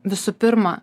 visų pirma